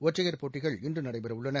ஒற்றையர் போட்டிகள் இன்று நடைபெறவுள்ளன